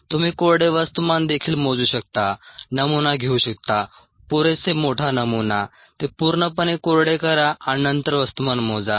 तुम्ही कोरडे वस्तुमान देखील मोजू शकता नमुना घेऊ शकता पुरेसा मोठा नमुना ते पूर्णपणे कोरडे करा आणि नंतर वस्तुमान मोजा